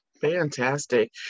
Fantastic